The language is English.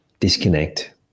disconnect